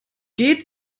geht